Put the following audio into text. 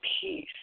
peace